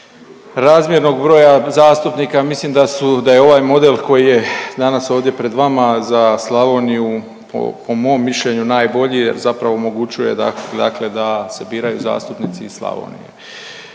razmjernog broja zastupnika mislim da su, da je ovaj model koji je danas ovdje pred vama za Slavoniju po mom mišljenju najbolji jer zapravo omogućuje dakle da se biraju zastupnici iz Slavonije.